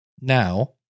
now